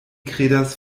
kredas